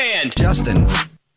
Justin